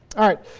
alright,